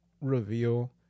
reveal